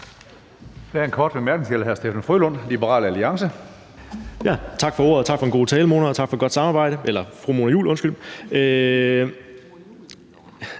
Tak for ordet, og tak for en god tale, fru Mona Juul, og tak for et godt samarbejde.